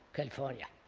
california.